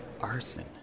Arson